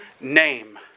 name